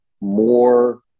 more